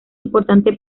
importante